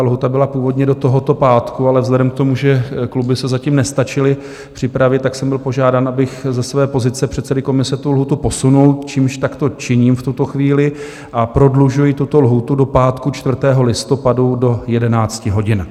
Lhůta byla původně do tohoto pátku, ale vzhledem k tomu, že kluby se zatím nestačily připravit, jsem byl požádán, abych ze své pozice předsedy komise tu lhůtu posunul, čímž takto činím v tuto chvíli a prodlužuji tuto lhůtu do pátku 4. listopadu do 11 hodin.